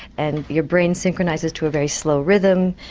and your brain synchronises to a very slow rhythm,